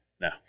No